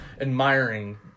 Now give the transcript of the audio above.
admiring